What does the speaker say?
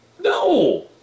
No